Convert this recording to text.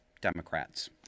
Democrats